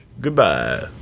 Goodbye